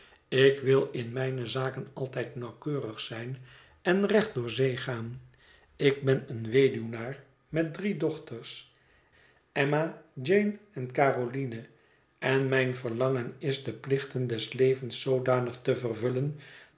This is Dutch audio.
ik wil in mijne zaken altijd nauwkeurig zijn en recht door zee gaan ik ben een weduwnaar met drie dochters emma jane en caroline en mijn verlangen is de plichten des levens zoodanig te vervullen